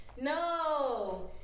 No